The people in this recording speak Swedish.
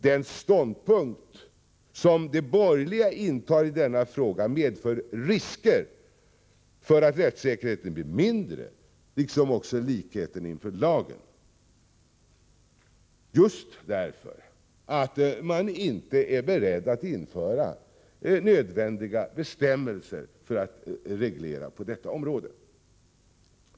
Den ståndpunkt som de borgerliga intar i denna fråga medför risker för att rättssäkerheten blir mindre, liksom också likheten inför lagen, just därför att man inte är beredd att införa nödvändiga bestämmelser som reglerar detta område.